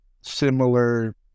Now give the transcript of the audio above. similar